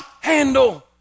handle